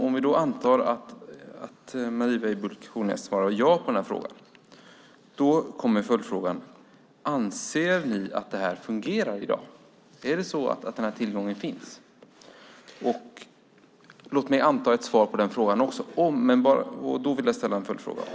Om vi då antar att Marie Weibull Kornias svarar ja på denna fråga kommer följdfrågan: Anser ni att detta fungerar i dag? Finns det tillgång till mediciner? Låt mig anta ett svar på den frågan också. Då vill jag ställa en följdfråga.